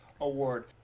award